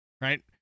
right